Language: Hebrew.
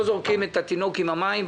לא זורקים את התינוק עם המים.